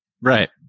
Right